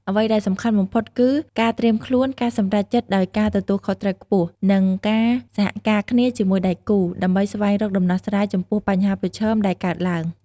អ្វីដែលសំខាន់បំផុតគឺ ការត្រៀមខ្លួន ការសម្រេចចិត្តដោយការទទួលខុសត្រូវខ្ពស់ និងការសហការគ្នាជាមួយដៃគូ ដើម្បីស្វែងរកដំណោះស្រាយចំពោះបញ្ហាប្រឈមដែលកើតឡើង។